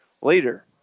later